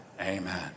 Amen